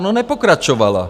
No nepokračovala.